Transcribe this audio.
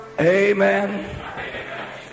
Amen